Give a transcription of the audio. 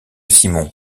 simon